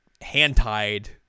hand-tied